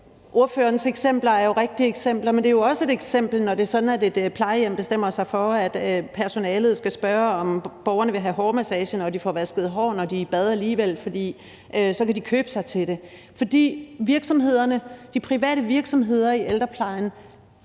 ordførerens eksempler er rigtige eksempler, men det er jo også et eksempel, når et plejehjem bestemmer sig for, at personalet skal spørge, om borgerne vil have hårmassage, når de får vasket hår, når de alligevel er i bad, for så kan de købe sig til det. For de private virksomheder i ældreplejen